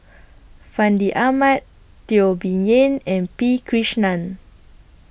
Fandi Ahmad Teo Bee Yen and P Krishnan